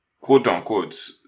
quote-unquote